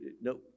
no